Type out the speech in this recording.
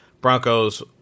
Broncos